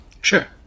Sure